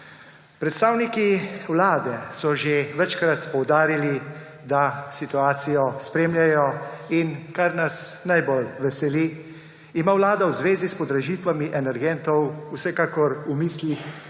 Predstavniki Vlade so že večkrat poudarili, da situacijo spremljajo. In kar nas najbolj veseli, ima vlada v zvez s podražitvami energentov vsekakor v mislih